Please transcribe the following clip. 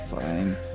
Fine